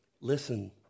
Listen